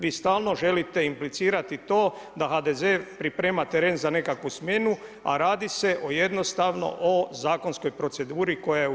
Vi stalno želite implicirati to, da HDZ, priprema teren za nekakvu smjenu, a radi se o jednostavno o zakonskoj proceduri koja je u tijeku.